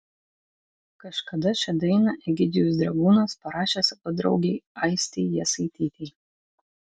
kažkada šią dainą egidijus dragūnas parašė savo draugei aistei jasaitytei